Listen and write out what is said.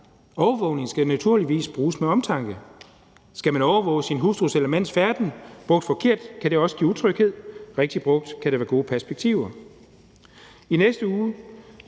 Overvågning skal naturligvis bruges med omtanke. Skal man overvåge sin hustrus eller mands færden og bliver det brugt forkert, kan det give utryghed, men rigtigt brugt kan der være gode perspektiver